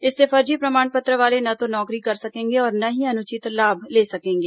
इससे फर्जी प्रमाण पत्र बाले न तो नौकरी कर सकेंगे और न ही अनुचित लाभ ले सकेंगे